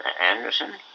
Anderson